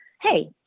hey